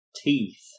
teeth